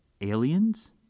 aliens